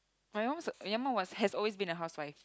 my mum's your mum has always been a housewife